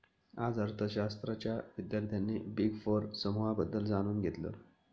आज अर्थशास्त्राच्या विद्यार्थ्यांनी बिग फोर समूहाबद्दल जाणून घेतलं